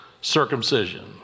circumcision